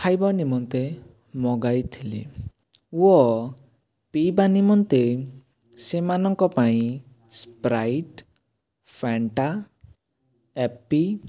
ଖାଇବା ନିମନ୍ତେ ମଗାଇଥିଲି ୱ ପିଇବା ନିମନ୍ତେ ସେମାନଙ୍କ ପାଇଁ ସପ୍ରାଇଟ ଫାଣ୍ଟା ଆପି